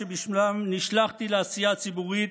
שבשמם נשלחתי לעשייה הציבורית,